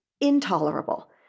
intolerable